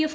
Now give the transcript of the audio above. F